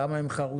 כמה הם חרוצים,